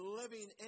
living